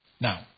Now